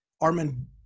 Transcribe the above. Armin